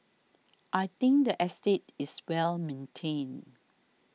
I think the estate is well maintained